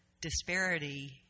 disparity